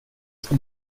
ska